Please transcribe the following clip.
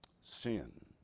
Sin